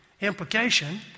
Implication